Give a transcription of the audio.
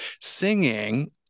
singing